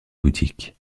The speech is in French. boutique